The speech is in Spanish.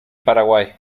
paraguay